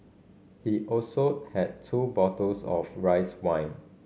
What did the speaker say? he also had two bottles of rice wine